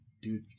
dude